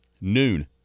Noon